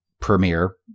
premiere